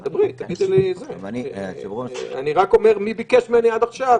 תדברי, אני רק אומר מי ביקש ממני עד עכשיו.